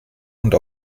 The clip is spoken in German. und